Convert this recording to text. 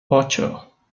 ocho